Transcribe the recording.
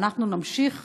ואנחנו נמשיך